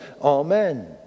amen